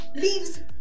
leaves